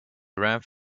ramps